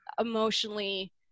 emotionally